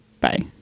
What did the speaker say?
Bye